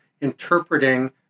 interpreting